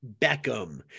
Beckham